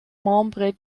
membres